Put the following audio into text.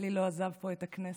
אלי לא עזב פה את הכנסת